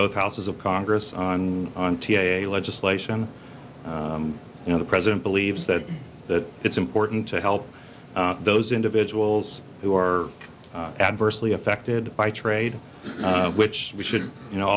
both houses of congress on on t a a legislation you know the president believes that that it's important to help those individuals who are adversely affected by trade which we should you know